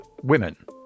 women